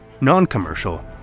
non-commercial